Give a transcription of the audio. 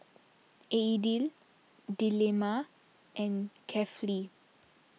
Aidil Delima and Kefli